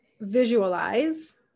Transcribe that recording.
visualize